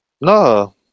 No